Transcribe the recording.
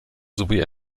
sowie